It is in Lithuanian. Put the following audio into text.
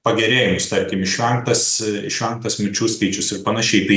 pagerėjus tarkim išvengtas išvengtas mirčių skaičius ir panašiai bei